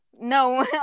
no